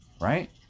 right